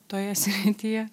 toje srityje